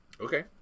Okay